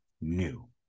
new